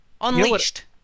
Unleashed